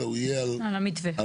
אלא יהיה על המתווה עצמו.